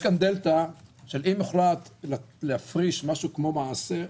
יש כאן דלתא שאם הוחלט להפריש כמעשר,